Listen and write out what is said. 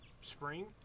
spring